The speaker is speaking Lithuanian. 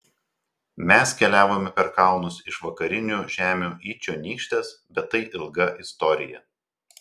mes keliavome per kalnus iš vakarinių žemių į čionykštes bet tai ilga istorija